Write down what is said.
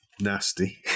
nasty